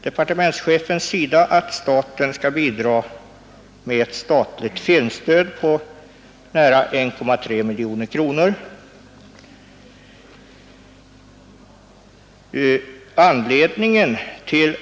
Departementschefen föreslår i stället att staten skall bidra med ett filmstöd på 1,3 miljoner kronor.